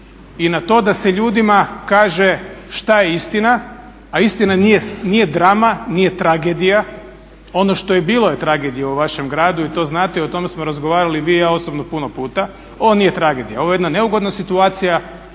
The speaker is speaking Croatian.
i na to da se ljudima kaže šta je istina, a istina nije drama, nije tragedija. Ono što je bilo je tragedija u vašem gradu i to znate i o tome smo razgovarali vi i ja osobno puno puta. Ovo nije tragedija, ovo je jedna neugodna situacija